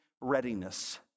readiness